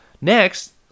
Next